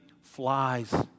flies